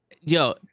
Yo